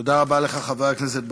תודה רבה לך, חבר הכנסת בר-לב.